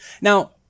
Now